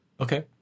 Okay